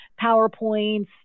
PowerPoints